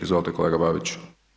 Izvolite kolega Babić.